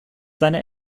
seine